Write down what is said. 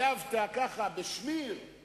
אבל אתה לא יכול להשפיע על העדיפויות שלי.